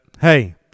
hey